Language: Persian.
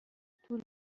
طول